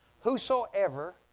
whosoever